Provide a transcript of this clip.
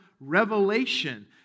revelation